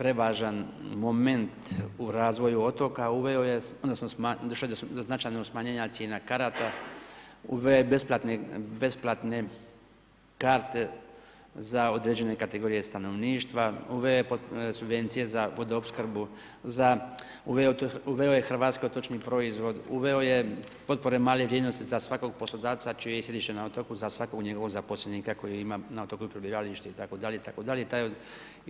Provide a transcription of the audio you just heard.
prevažan moment u razvoju otoka, uveo je, odnosno smanjio je, došlo je do značajnog smanjenja cijena karata, uveo je besplatne karte za određene kategorije stanovništva, uveo je subvencije za vodoopskrbu, uveo je hrvatski otočni proizvod, uveo je potpore male vrijednosti za svakog poslodavca čije je središte na otoku, za svakog njegovog zaposlenika koji ima na otoku i prebivalište itd, itd.